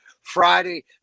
Friday